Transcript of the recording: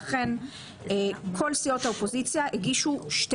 ואכן, כל סיעות האופוזיציה הגישו שתי